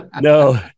no